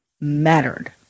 mattered